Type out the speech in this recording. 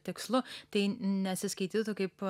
tikslu tai nesiskaitytų kaip